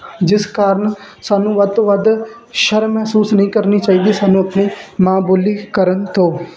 ਜਿਸ ਕਾਰਨ ਸਾਨੂੰ ਵੱਧ ਤੋਂ ਵੱਧ ਸ਼ਰਮ ਮਹਿਸੂਸ ਨਹੀਂ ਕਰਨੀ ਚਾਹੀਦੀ ਸਾਨੂੰ ਆਪਣੀ ਮਾਂ ਬੋਲੀ ਕਰਨ ਤੋਂ